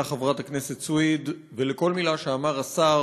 חברת הכנסת סויד ולכל מילה שאמר השר